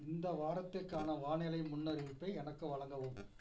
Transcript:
இந்த வாரத்திற்கான வானிலை முன்னறிவிப்பை எனக்கு வழங்கவும்